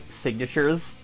signatures